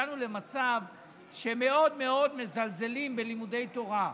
אנחנו הגענו למצב שמאוד מאוד מזלזלים בלימודי תורה.